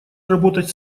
работать